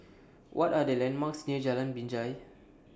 What Are The landmarks near Jalan Binjai